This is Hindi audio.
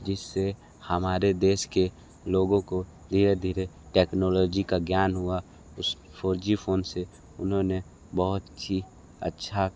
जिससे हमारे देश के लोगों को धीरे धीरे टेक्नोलॉजी का ज्ञान हुआ उस फोर जी फोन से उन्होंने बहुत ही अच्छा